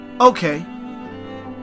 okay